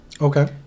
Okay